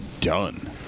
done